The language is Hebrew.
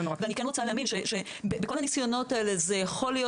אני כן רוצה להאמין שבכל הניסיונות האלה יכול להיות